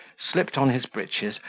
slipped on his breeches,